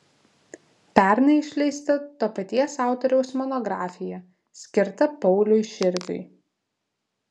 pernai išleista to paties autoriaus monografija skirta pauliui širviui